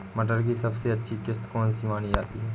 मटर की सबसे अच्छी किश्त कौन सी मानी जाती है?